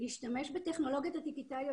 להשתמש בטכנולוגיות הדיגיטליות,